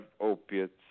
opiates